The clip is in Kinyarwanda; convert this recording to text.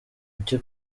icyo